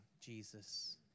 Jesus